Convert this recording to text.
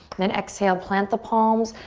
then exhale, plant the palms,